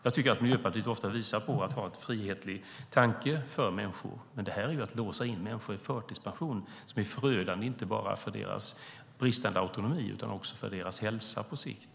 Jag tycker att Miljöpartiet ofta visar på en frihetlig tanke för människor, men det här är ju att låsa in människor i förtidspension som är förödande inte bara för deras bristande autonomi utan också för deras hälsa på sikt.